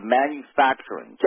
manufacturing